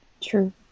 True